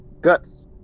Guts